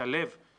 להשתלב